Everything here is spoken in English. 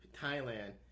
Thailand